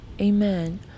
Amen